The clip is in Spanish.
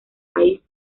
país